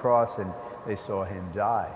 cross and they saw him die